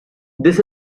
this